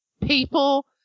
people